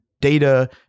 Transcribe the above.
data